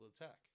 attack